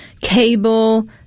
cable